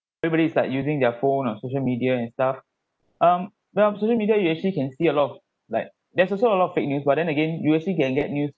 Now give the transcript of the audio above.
everybody is like using their phone or social media and stuff um well social media you actually can see a lot of like there's also a lot of fake news but then again you actually can get news